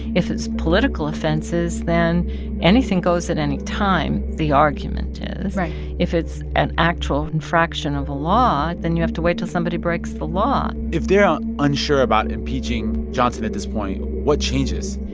if it's political offenses, then anything goes at any time, the argument is right if it's an actual infraction of a law, then you have to wait till somebody breaks the law if they're um unsure about impeaching johnson at this point, what changes?